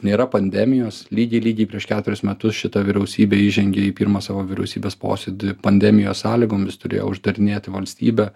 nėra pandemijos lygiai lygiai prieš keturis metus šita vyriausybė įžengė į pirmą savo vyriausybės posėdį pandemijos sąlygomis turėjo uždarinėt valstybę